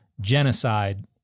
genocide